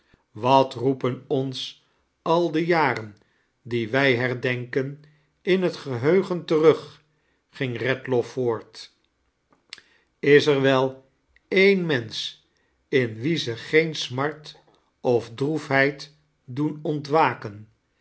wat roepen one al de jaren die wij hexdenkem in het geheugen terug ging eedlaw voort is er wel een mensch in wien ze ge'em smart of diroefheid doen ontwaken